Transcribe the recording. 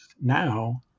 now